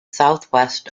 southwest